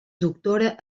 doctora